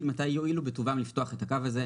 מתי יואילו בטובם לפתוח את הקו הזה,